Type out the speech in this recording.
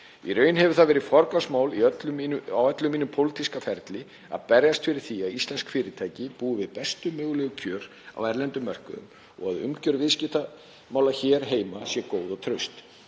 Í raun hefur það verið forgangsmál á öllum mínum pólitíska ferli að berjast fyrir því að íslensk fyrirtæki búi við bestu mögulegu kjör á erlendum mörkuðum og að umgjörð viðskiptamála hér heima sé góð og traust.